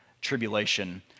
tribulation